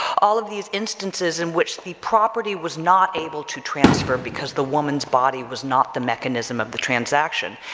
all of these instances in which the property was not able to transfer because the woman's body was not the mechanism of the transaction.